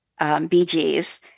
BGs